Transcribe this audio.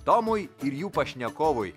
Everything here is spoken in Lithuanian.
tomui ir jų pašnekovui